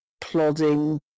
plodding